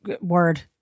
word